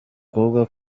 kuvuga